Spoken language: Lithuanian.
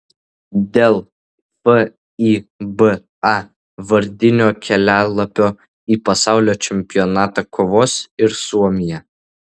dėl fiba vardinio kelialapio į pasaulio čempionatą kovos ir suomija